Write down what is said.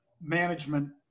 Management